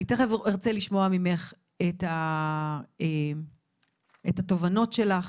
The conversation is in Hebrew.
אני תיכף ארצה לשמוע ממך את התובנות שלך,